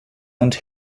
und